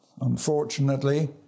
unfortunately